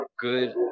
good